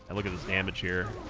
and look at this damage here